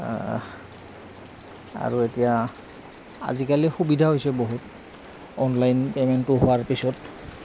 আৰু এতিয়া আজিকালি সুবিধা হৈছে বহুত অনলাইন পে'মেণ্টটো হোৱাৰ পিছত